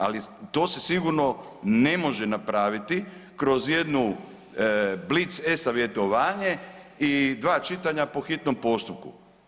Ali to se sigurno ne može napraviti kroz jedno blitz e-savjetovanje i dva čitanja po hitnom postupku.